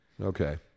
Okay